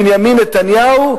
בנימין נתניהו,